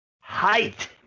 Height